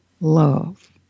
love